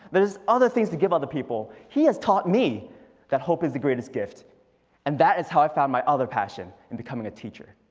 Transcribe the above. but other things to give other people. he has taught me that hope is the greatest gift and that is how i found my other passion. and becoming a teacher.